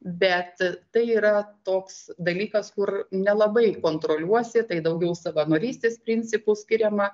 bet tai yra toks dalykas kur nelabai kontroliuosi tai daugiau savanorystės principu skiriama